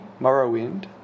Morrowind